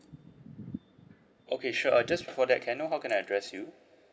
okay sure uh just before that can I know how can I address you